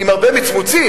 עם הרבה מצמוצים,